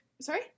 Sorry